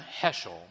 Heschel